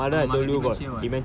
mother got dementia [what]